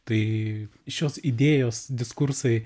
tai šios idėjos diskursai